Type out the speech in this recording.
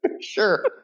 Sure